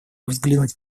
взглянуть